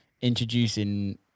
introducing